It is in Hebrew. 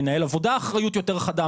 מנהל עבודה אחריות יותר חדה,